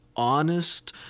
honest,